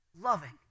loving